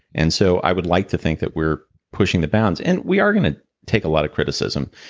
and so i would like to think that we're pushing the bounds and we are going to take a lot of criticism.